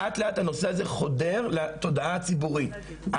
לאט-לאט הנושא הזה חודר לתודעה הציבורית,